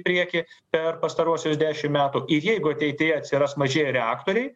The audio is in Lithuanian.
priekį per pastaruosius dešim metų ir jeigu ateityje atsiras maži reaktoriai